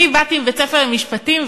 אני באתי מבית-ספר למשפטים,